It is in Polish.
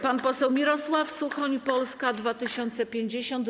Pan poseł Mirosław Suchoń, Polska 2050.